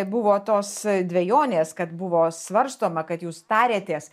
buvo tos dvejonės kad buvo svarstoma kad jūs tariatės